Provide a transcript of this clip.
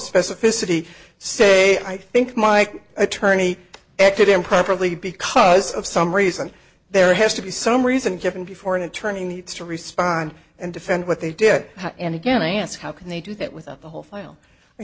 specificity say i think my attorney acted improperly because of some reason there has to be some reason given before an attorney needs to respond and defend what they did and again i ask how can they do that without the whole file i